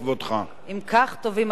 יש פה בקשה להסרה,